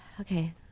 okay